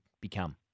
become